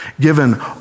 given